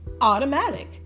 automatic